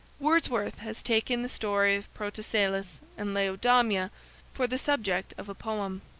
wordsworth has taken the story of protesilaus and laodamia for the subject of a poem.